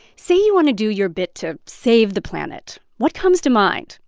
say you want to do your bit to save the planet. what comes to mind?